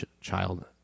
child